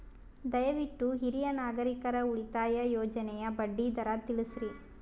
ದಯವಿಟ್ಟು ಹಿರಿಯ ನಾಗರಿಕರ ಉಳಿತಾಯ ಯೋಜನೆಯ ಬಡ್ಡಿ ದರ ತಿಳಸ್ರಿ